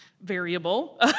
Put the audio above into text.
variable